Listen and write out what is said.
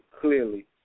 clearly